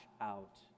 out